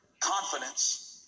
confidence